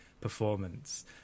performance